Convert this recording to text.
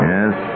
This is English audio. Yes